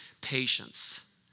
patience